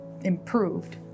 improved